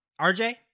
RJ